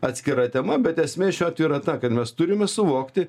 atskira tema bet esmė šiuo atveju yra ta kad mes turime suvokti